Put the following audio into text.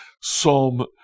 psalm